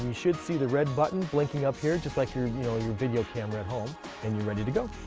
should see the red button blinking up here just like your and you know your video camera at home and you're ready to go.